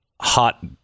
hot